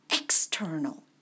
external